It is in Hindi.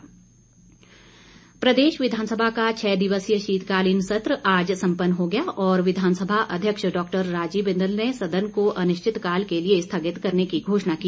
विधानसभा स्थगन प्रदेश विधानसभा का छह दिवसीय शीतकालीन सत्र आज सम्पन्न हो गया और विधानसभा अध्यक्ष डाक्टर राजीव बिंदल ने सदन को अनिश्चितकाल के लिए स्थगित करने की घोषणा की